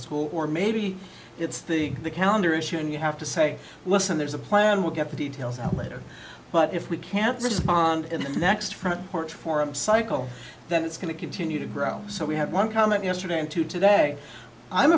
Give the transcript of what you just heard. school or maybe it's the calendar issue and you have to say listen there's a plan we'll get the details out later but if we can't respond in the next front porch forum cycle then it's going to continue to grow so we have one comment yesterday and two today i'm